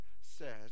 says